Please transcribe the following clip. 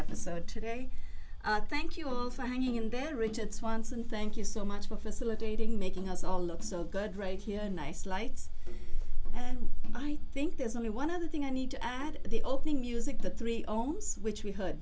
episode today thank you all for hanging in there richard swanson thank you so much for facilitating making us all look so good right here in nice lights and i think there's only one other thing i need to add the opening music the three ohms which we heard